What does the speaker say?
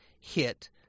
hit